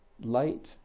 Light